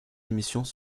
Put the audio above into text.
émissions